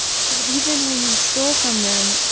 so even when you stole from them,